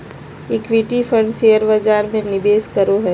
equity fund share बजार में निवेश करो हइ